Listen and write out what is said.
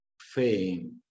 fame